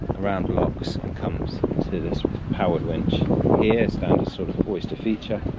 around blocks and comes to this powered winch here, standard sort of oyster feature,